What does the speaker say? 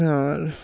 আর